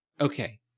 okay